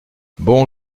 bon